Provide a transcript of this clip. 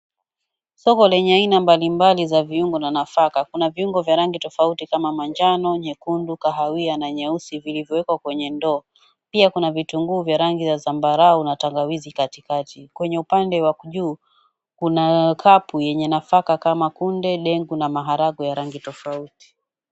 Soko lenye aina mbalimbali za viungo na nafaka. Kuna viungo vya rangi tofauti kama manjano, nyekundu, kahawia, na nyeusi, vilivyowekwa kwenye ndoo. Pia kuna vitunguu vya rangi za zambarau na tangawizi katikati. Kwenye upande wa juu kuna kapu yenye nafaka kama kunde, dengu na maharagwe ya rangi tofauti.